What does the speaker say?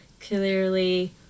clearly